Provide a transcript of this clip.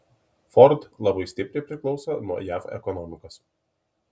ford labai stipriai priklauso nuo jav ekonomikos